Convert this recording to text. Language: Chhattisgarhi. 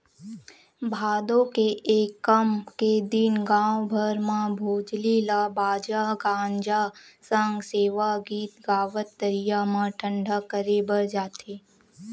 भादो के एकम के दिन गाँव भर म भोजली ल बाजा गाजा सग सेवा गीत गावत तरिया म ठंडा करे बर जाथे